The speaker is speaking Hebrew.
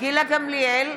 גילה גמליאל,